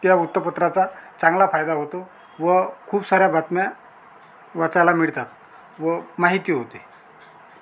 त्या वृत्तपत्राचा चांगला फायदा होतो व खूप साऱ्या बातम्या वाचायला मिळतात व माहिती होते